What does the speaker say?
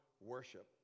worship